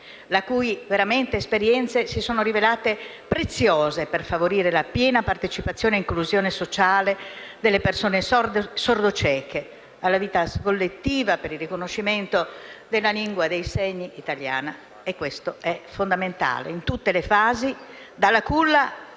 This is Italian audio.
le cui esperienze si sono rivelate preziose per favorire la piena partecipazione e inclusione sociale delle persone sorde e sordocieche alla vita collettiva e per il riconoscimento della lingua dei segni italiana. Questo è fondamentale. In tutte le fasi, dalla culla